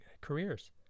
careers